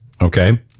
okay